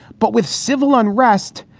but with civil unrest,